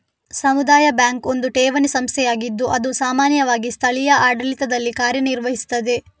ಸಮುದಾಯ ಬ್ಯಾಂಕು ಒಂದು ಠೇವಣಿ ಸಂಸ್ಥೆಯಾಗಿದ್ದು ಅದು ಸಾಮಾನ್ಯವಾಗಿ ಸ್ಥಳೀಯ ಆಡಳಿತದಲ್ಲಿ ಕಾರ್ಯ ನಿರ್ವಹಿಸ್ತದೆ